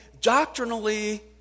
doctrinally